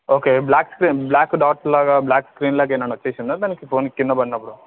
okay black screen black డాట్స్లాగా black స్క్రీన్లాగా ఏమన్న వచ్చిందా దానికి ఫోన్ కింద పడినప్పుడు